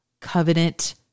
covenant